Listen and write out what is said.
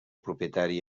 propietari